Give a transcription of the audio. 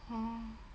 oh